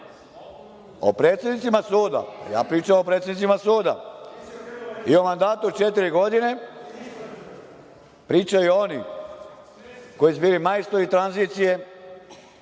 O predsednicima suda, ja pričam o predsednicima suda, jel vam dato četiri godine, pričaju oni koji su bili majstori tranzicije